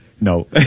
No